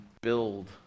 build